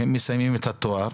והם מסיימים את התואר,